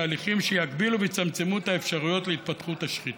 תהליכים שיגבילו ויצמצמו את האפשרויות להתפתחות השחיתות.